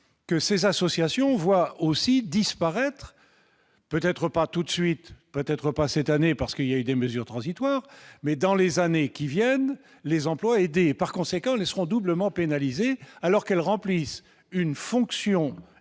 que ces associations voient aussi disparaître peut-être pas tout de suite, peut-être pas cette année parce qu'il y a eu des mesures transitoires, mais dans les années qui viennent, les emplois aidés par conséquent les seront doublement pénalisés, alors qu'elles remplissent une fonction essentielle